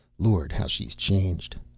lord, how she's changed!